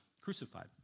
crucified